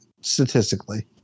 statistically